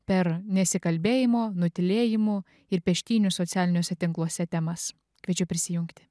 per nesikalbėjimo nutylėjimų ir peštynių socialiniuose tinkluose temas kviečiu prisijungti